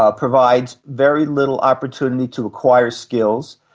ah provides very little opportunity to acquire skills,